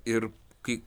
ir kai